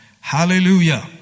Hallelujah